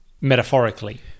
metaphorically